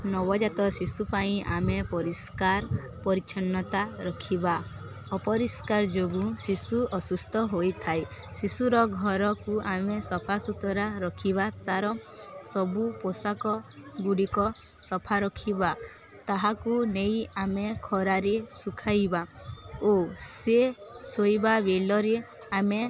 ନବଜାତ ଶିଶୁ ପାଇଁ ଆମେ ପରିଷ୍କାର ପରିଚ୍ଛନ୍ନତା ରଖିବା ଅପରିଷ୍କାର ଯୋଗୁଁ ଶିଶୁ ଅସୁସ୍ଥ ହୋଇଥାଏ ଶିଶୁର ଘରକୁ ଆମେ ସଫା ସୁୁତୁରା ରଖିବା ତା'ର ସବୁ ପୋଷାକ ଗୁଡ଼ିକ ସଫା ରଖିବା ତାହାକୁ ନେଇ ଆମେ ଖରାରେ ଶୁଖାଇବା ଓ ସେ ଶୋଇବା ବେଳରେ ଆମେ